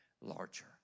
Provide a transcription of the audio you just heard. larger